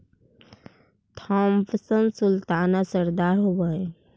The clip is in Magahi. थॉम्पसन सुल्ताना रसदार होब हई